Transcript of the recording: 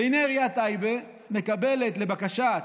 והינה עיריית טייבה מקבלת, לבקשת